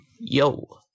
Yo